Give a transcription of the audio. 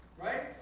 Right